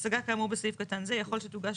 השגה כאמור בסעיף קטן זה יכול שתוגש